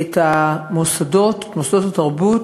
את מוסדות התרבות